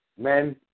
Men